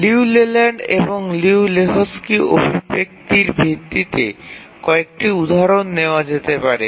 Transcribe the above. Liu Leland এবং Liu লেহোকস্কির অভিব্যক্তির ভিত্তিতে কয়েকটি উদাহরণ নেওয়া যেতে পারে